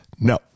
No